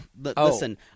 Listen